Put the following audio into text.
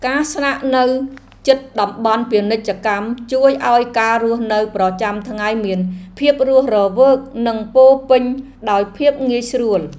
ការស្នាក់នៅជិតតំបន់ពាណិជ្ជកម្មជួយឱ្យការរស់នៅប្រចាំថ្ងៃមានភាពរស់រវើកនិងពោរពេញដោយភាពងាយស្រួល។